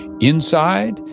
inside